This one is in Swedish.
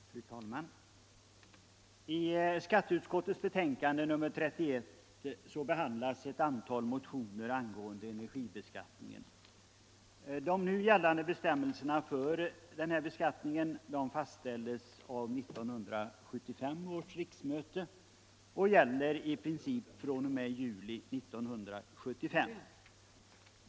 Fru talman! I skatteutskottets betänkande nr 31 behandlas ett antal motioner angående energibeskattningen. De nu gällande bestämmelserna för denna beskattning fastställdes av 1975 års riksmöte och gäller i princip fr.o.m. juli 1975.